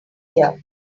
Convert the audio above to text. here